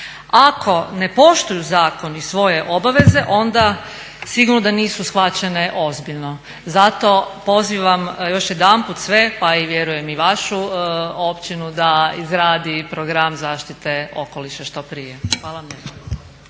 Ako ne poštuju zakon i svoje obaveze onda sigurno da nisu shvaćene ozbiljno. Zato pozivam još jedanput sve pa i vjerujem i vašu općinu da izradi program zaštite okoliša što prije. Hvala vam